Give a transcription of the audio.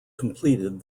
completed